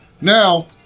Now